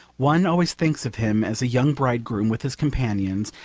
one always thinks of him as a young bridegroom with his companions,